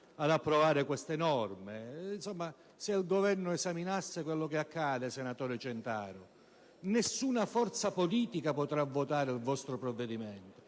ad approvare queste norme. Se il Governo esaminasse quello che accade, senatore Centaro, vedrebbe che nessuna forza politica potrà votare il vostro provvedimento,